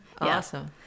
awesome